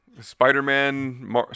Spider-Man